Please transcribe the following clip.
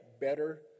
better